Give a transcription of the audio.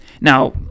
Now